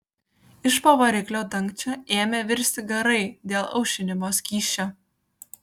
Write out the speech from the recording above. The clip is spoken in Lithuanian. iš po variklio dangčio ėmė virsti garai dėl aušinimo skysčio